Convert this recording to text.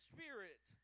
Spirit